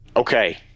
Okay